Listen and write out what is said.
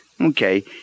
Okay